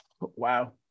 Wow